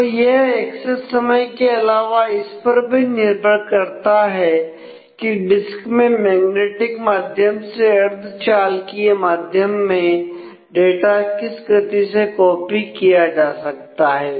तो यह एक्सेस समय के अलावा इस पर भी निर्भर करता है कि डिस्क मैं मैग्नेटिक माध्यम से अर्धचालकीय माध्यम में डाटा किस गति से कॉपी किया जा सकता है